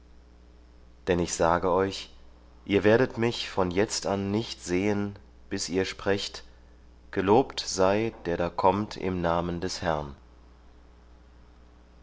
denn ich sage euch ihr werdet mich von jetzt an nicht sehen bis ihr sprecht gelobt sei der da kommt im namen des herrn